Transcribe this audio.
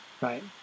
right